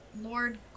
Lord